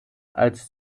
als